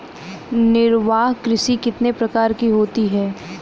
निर्वाह कृषि कितने प्रकार की होती हैं?